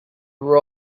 were